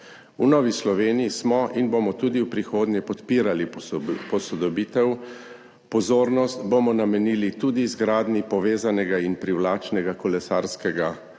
V Novi Sloveniji smo in bomo tudi v prihodnje podpirali posodobitev. Pozornost bomo namenili tudi izgradnji povezanega in privlačnega kolesarskega